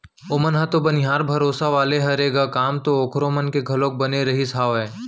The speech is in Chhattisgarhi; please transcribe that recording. ओमन ह तो बनिहार भरोसा वाले हरे ग काम तो ओखर मन के घलोक बने रहिस हावय